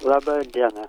labą dieną